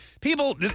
people